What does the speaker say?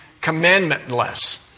commandment-less